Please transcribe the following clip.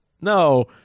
No